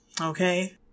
Okay